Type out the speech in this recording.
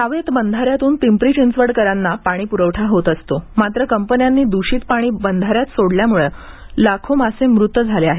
रावेत बंधाऱ्यातून पिंपरी चिंचवडकरांना पाणीपुरवठा होत असतो मात्र कंपन्यांनी द्रषित पाणी बंधाऱ्यात सोडल्याने लाखो मासे मृत झाले आहेत